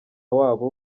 wabo